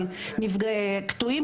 אבל קטועים